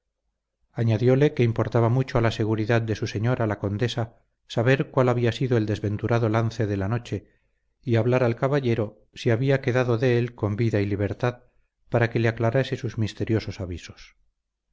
reconocido añadióle que importaba mucho a la seguridad de su señora la condesa saber cuál había sido el desventurado lance de la noche y hablar al caballero si habla quedado de él con vida y libertad para que le aclarase sus misteriosos avisos